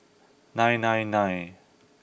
nine nine nine